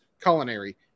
culinary